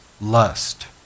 lust